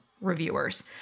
reviewers